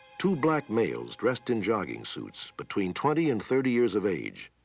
two black males dressed in jogging suits between twenty and thirty years of age,